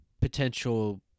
potential